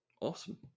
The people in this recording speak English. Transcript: awesome